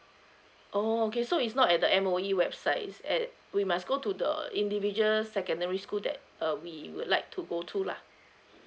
oh okay so it's not at the M_O_E website is at we must go to the individual secondary school that uh we would like to go to lah